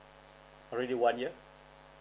already one year